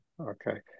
Okay